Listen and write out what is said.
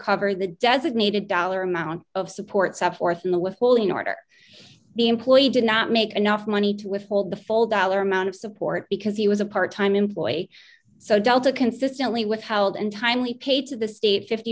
cover the designated dollar amount of support sept th in the withholding order the employee did not make enough money to withhold the full dollar amount of support because he was a part time employee so delta consistently withheld and timely paid to the state fifty